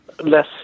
less